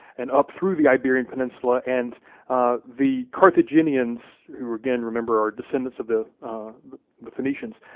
and up through the iberian peninsula and the carthaginians, who again remember, are descendants of the the phoenicians,